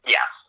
Yes